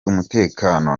umutekano